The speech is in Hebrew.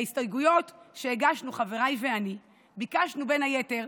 בהסתייגויות שהגשנו חבריי ואני ביקשנו, בין היתר,